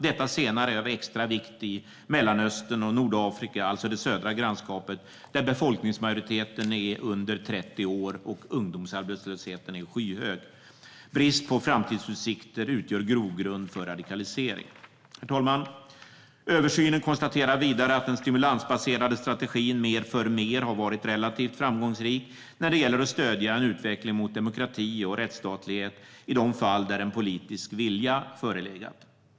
Detta senare är av extra vikt i Mellanöstern och Nordafrika, alltså det södra grannskapet, där befolkningsmajoriteten är under 30 år och ungdomsarbetslösheten är skyhög. Brist på framtidsutsikter utgör grogrund för radikalisering. Herr talman! Översynen konstaterar vidare att den stimulansbaserade strategin mer-för-mer har varit relativt framgångsrik när det gäller att stödja en utveckling mot demokrati och rättsstatslighet i de fall där en politisk vilja förelegat.